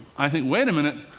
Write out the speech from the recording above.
i think, wait a minute.